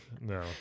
no